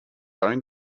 own